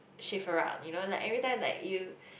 she's around you know like every time like you